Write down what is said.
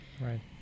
right